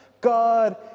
God